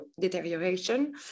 deterioration